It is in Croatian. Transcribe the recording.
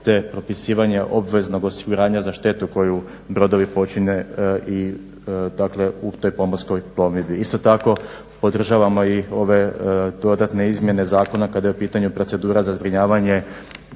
te propisivanje obveznog osiguranja za štetu koju brodovi počine u toj pomorskoj plovidbi. Isto tako podražavamo i ove dodatne izmjene zakona kada je u pitanju procedura za zbrinjavanje